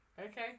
Okay